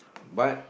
but